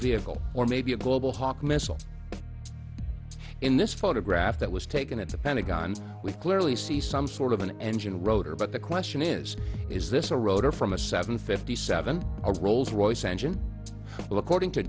vehicle or maybe a global hawk missile in this photograph that was taken at the pentagon we clearly see some sort of an engine rotor but the question is is this a rotor from a seven fifty seven a rolls royce engine well according to